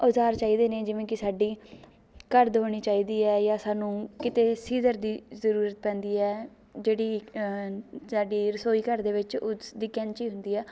ਔਜ਼ਾਰ ਚਾਹੀਦੇ ਨੇ ਜਿਵੇਂ ਕਿ ਸਾਡੀ ਕਰਦ ਹੋਣੀ ਚਾਹੀਦੀ ਹੈ ਜਾਂ ਸਾਨੂੰ ਕਿਤੇ ਸੀਜ਼ਰ ਦੀ ਜ਼ਰੂਰਤ ਪੈਂਦੀ ਹੈ ਜਿਹੜੀ ਸਾਡੀ ਰਸੋਈ ਘਰ ਦੇ ਵਿੱਚ ਉਸ ਦੀ ਕੈਂਚੀ ਹੁੰਦੀ ਹੈ